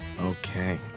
Okay